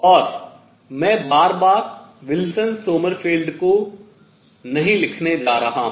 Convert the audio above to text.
और मैं बार बार विल्सन सोमरफेल्ड को नहीं लिखने जा रहा हूँ